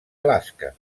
alaska